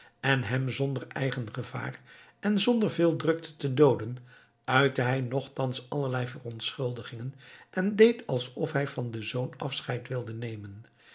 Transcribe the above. en hem zonder eigen gevaar en zonder veel drukte te dooden uitte hij nochtans allerlei verontschuldigingen en deed alsof hij van den zoon afscheid wilde nemen